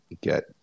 get